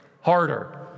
Harder